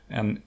en